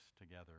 together